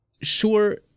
sure